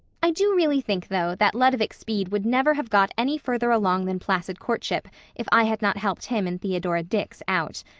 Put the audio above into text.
i do really think, though, that ludovic speed would never have got any further along than placid courtship if i had not helped him and theodora dix out.